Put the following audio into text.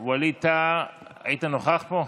ווליד טאהא, היית נוכח פה?